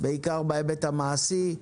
בעיקר בהיבט המעשי.